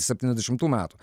septyniasdešimtų metų